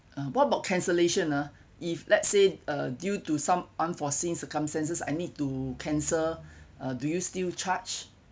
uh what about cancellation ah if let's say uh due to some unforeseen circumstances I need to cancel uh do you still charge